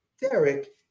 Derek